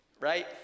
right